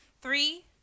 Three